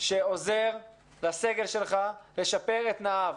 שעוזר לסגל שלך לשפר את תנאיו.